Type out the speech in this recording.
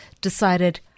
decided